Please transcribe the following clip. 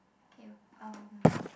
k um